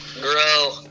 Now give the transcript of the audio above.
grow